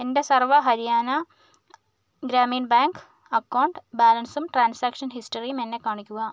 എൻ്റെ Sarva Haryana Gramin Bank account ബാലൻസും transaction ഹിസ്റ്ററിയും എന്നെ കാണിക്കുക